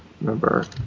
remember